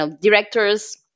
directors